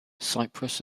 cyprus